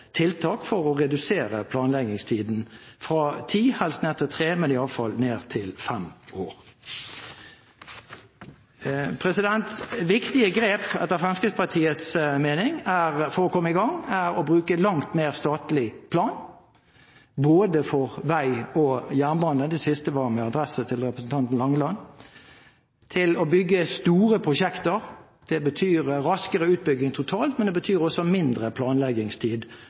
tiltak for å redusere planleggingstiden fra ti år og helst ned til tre, men iallfall ned til fem år. Viktige grep for å komme i gang er, etter Fremskrittspartiets mening, å bruke langt mer statlig plan, for både vei og jernbane – det siste var med adresse til representanten Langeland – til å bygge store prosjekter. Det betyr raskere utbygging totalt, men det betyr også mindre planleggingstid